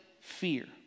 fear